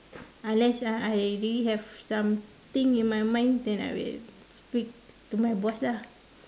unless uh I really have something in my mind then I will speak to my boss lah